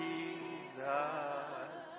Jesus